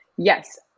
Yes